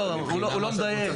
לא, הוא לא מדייק.